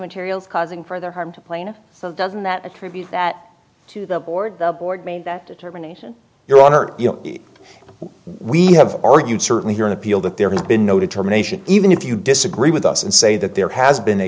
materials causing further harm to plaintiff so doesn't that attribute that to the board the board made that determination your honor it we have argued certainly here in appeal that there has been no determination even if you disagree with us and say that there has been a